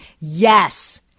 Yes